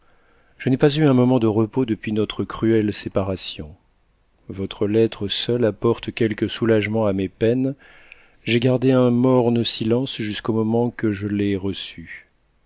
je n'ai pas eu un mo ment de repos depuis notre cruelle séparation votre lettre seule apporte quelque soulagement à mes peines j'ai gardé un morne silence jusqu'au moment que je l'ai reçue